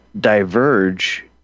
diverge